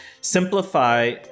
simplify